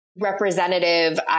representative